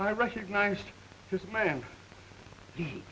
i recognized this man